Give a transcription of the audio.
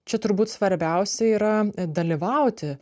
čia turbūt svarbiausia yra dalyvauti